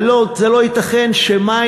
הלוא זה לא ייתכן שמים,